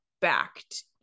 backed